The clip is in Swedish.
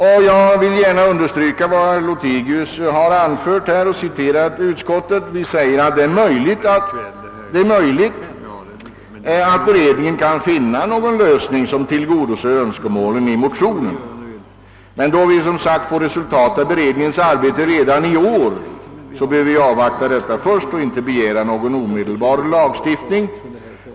Jag vill vidare gärna understryka den av utskottet anförda uppfattningen, som också herr Lothigius hänvisade till, att det är möjligt att familjeskatteberedningen kan finna någon lösning som tillgodoser önskemålen i motionen. Då vi som sagt redan i år kan vänta resultatet av beredningens arbete bör vi dock först avvakta detta och inte begära någon omedelbar lagstiftning.